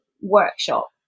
workshop